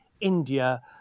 India